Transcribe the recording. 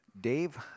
Dave